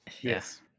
Yes